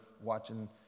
watching